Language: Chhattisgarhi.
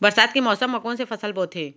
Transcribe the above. बरसात के मौसम मा कोन से फसल बोथे?